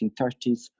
1930s